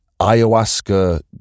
ayahuasca